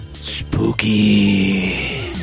Spooky